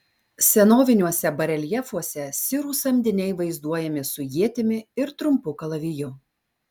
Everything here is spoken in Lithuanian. senoviniuose bareljefuose sirų samdiniai vaizduojami su ietimi ir trumpu kalaviju